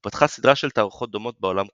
ופתחה סדרה של תערוכות דומות בעולם כולו.